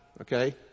Okay